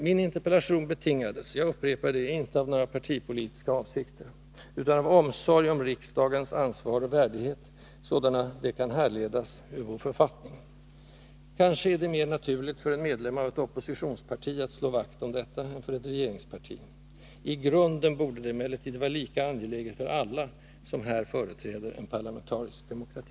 Min interpellation betingades, jag upprepar det, inte av några partipolitiska avsikter, utan av omsorg om riksdagens ansvar och värdighet, sådana de kan härledas ur vår författning. Kanske är det mera - naturligt för en medlem av ett oppositionsparti att slå vakt om detta än för ett regeringsparti. I grunden borde det emellertid vara lika angeläget för alla, som här företräder en parlamentarisk demokrati.